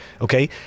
okay